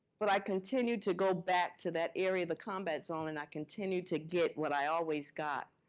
but i continued to go back to that area of the combat zone, and i continued to get what i always got.